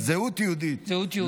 חוק יהודי, זהות יהודית.